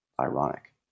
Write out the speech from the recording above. Ironic